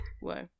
Whoa